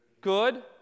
good